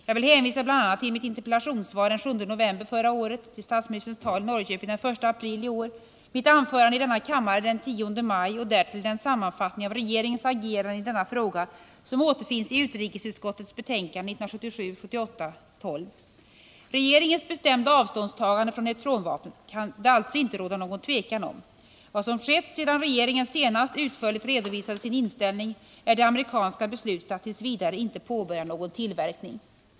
Jag vill hänvisa bl.a. till mitt interpellationssvar den 7 november förra året, till statsministerns tal i Norrköping den 1 april i år, till mitt anförande i denna kammare den 10 maj och därtill den sammanfattning av regeringens agerande i denna fråga som återfinns i utrikesutskottets betänkande 1977/78:12. Regeringens bestämda avståndstagande från neutronvapnet kan det alltså inte råda någon tvekan om. Vad som skett sedan regeringen senast utförligt redovisade sin inställning är det amerikanska beslutet att t. v. inte påbörja någon tillverkning.